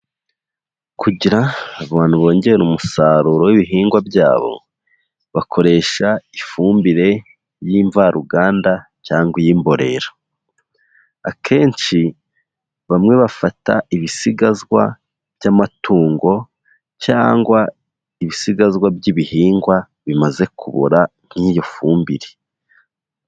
Kugira, abantu bongera umusaruro w'ibihingwa byabo. Bakoresha, ifumbire, y'imvaruganda, cyangwa iy'imborera. Akenshi, bamwe bafata, ibisigazwa by'amatungo. Cyangwa ibisigazwa by'ibihingwa, bimaze kubora, nk'iyi fumbire.